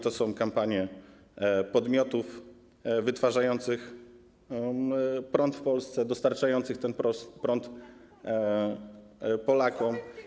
To są kampanie podmiotów wytwarzających prąd w Polsce, dostarczających ten prąd Polakom.